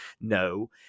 No